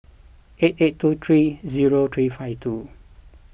eight eight two three zero three five two